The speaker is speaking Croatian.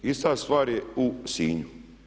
Ista stvar je u Sinju.